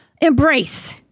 embrace